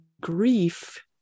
grief